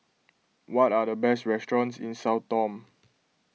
what are the best restaurants in Sao Tome